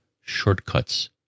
shortcuts